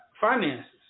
finances